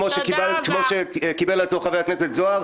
כמו שקיבל על עצמו חבר הכנסת זוהר.